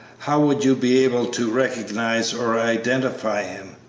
how would you be able to recognize or identify him?